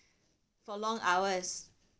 for long hours